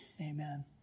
amen